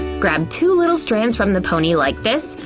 grab two little strands from the pony like this,